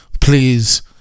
Please